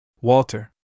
Walter